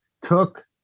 took